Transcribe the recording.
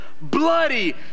bloody